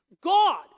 God